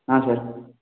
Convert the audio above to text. ହଁ ସାର୍